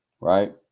Right